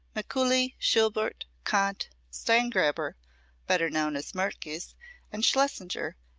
mikuli, schuberth, kahnt, steingraber better known as mertke's and schlesinger,